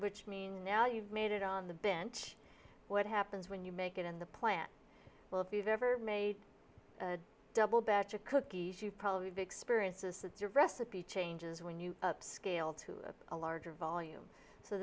which means now you've made it on the bench what happens when you make it in the plant well if you've ever made a double batch of cookies you probably be experiences the recipe changes when you scale to a larger volume so